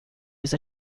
was